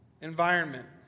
environment